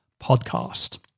podcast